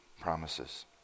promises